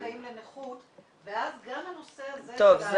למה לא כל המכורים --- זכאים לנכות ואז גם הנושא הזה -- טוב,